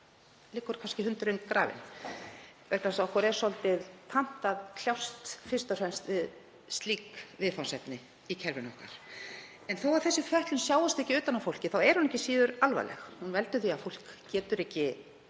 liggur kannski hundurinn grafinn vegna þess að okkur er svolítið tamt að kljást fyrst og fremst við slík viðfangsefni í kerfinu okkar. En þótt þessi fötlun sjáist ekki utan á fólki er hún ekki síður alvarleg. Hún veldur því að fólk getur ekki